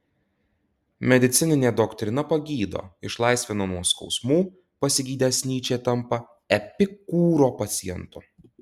medicininė doktrina pagydo išlaisvina nuo skausmų pasigydęs nyčė tampa epikūro pacientu